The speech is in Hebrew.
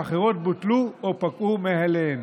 והאחרות בוטלו או פקעו מאליהן.